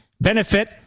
benefit